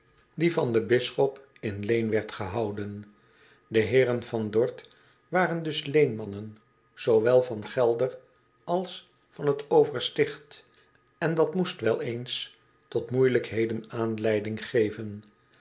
potlood eel bisschop in leen werd gehouden de heeren van dorth waren dus leenmannen zoowel van gelder als van het oversticht en dat moest wel eens tot moeijelijkheden aanleiding geven